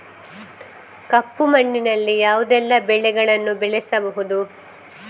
ಕಪ್ಪು ಮಣ್ಣಿನಲ್ಲಿ ಯಾವುದೆಲ್ಲ ಬೆಳೆಗಳನ್ನು ಬೆಳೆಸಬಹುದು?